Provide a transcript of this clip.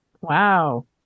Wow